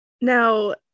Now